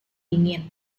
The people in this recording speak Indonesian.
dingin